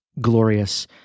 glorious